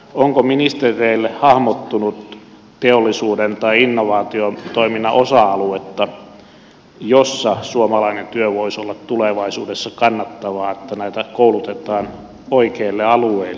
onko ministereille hahmottunut teollisuuden tai innovaatiotoiminnan osa aluetta jolla suomalainen työ voisi olla tulevaisuudessa kannattavaa niin että näitä nuoria koulutetaan oikeille alueille